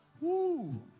Woo